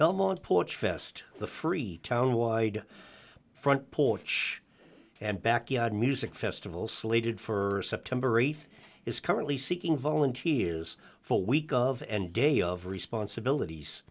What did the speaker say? belmont porch fest the free town wide front porch and backyard music festival slated for september th is currently seeking volunteers full week of and day of responsibilities